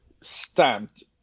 stamped